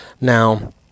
Now